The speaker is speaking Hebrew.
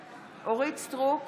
סטרוק,